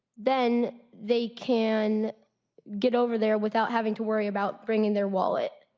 then they can get over there without having to worry about bringing their wallet.